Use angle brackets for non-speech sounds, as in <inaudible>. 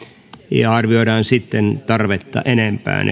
ja arvioidaan sitten tarvetta enempään <unintelligible>